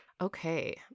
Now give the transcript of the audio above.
Okay